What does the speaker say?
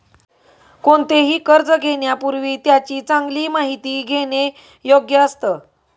कोणतेही कर्ज घेण्यापूर्वी त्याची चांगली माहिती घेणे योग्य असतं